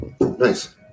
Nice